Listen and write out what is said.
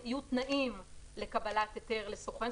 סוכן, יהיו תנאים לקבלת היתר לסוכן.